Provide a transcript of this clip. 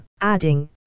adding